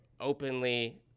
openly